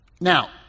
Now